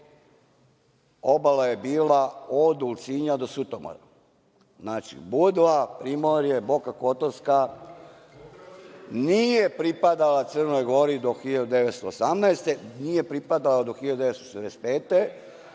Obala je bila od Ulcinja do Sutomora. Znači, Budva, primorje, Boka Kotorska, nije pripadala Crnoj Gori do 1918. godine, nije pripadala do 1965.